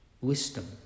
wisdom